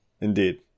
Indeed